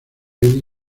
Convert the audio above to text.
eddie